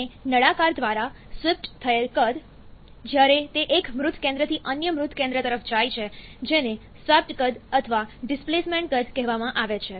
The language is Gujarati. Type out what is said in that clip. અને નળાકાર દ્વારા સ્વીપ્ટ થયેલ કદ જ્યારે તે એક મૃત કેન્દ્રથી અન્ય મૃત કેન્દ્ર તરફ જાય છે જેને સ્વેપ્ટ કદ અથવા ડિસ્પ્લેસમેન્ટ કદ કહેવામાં આવે છે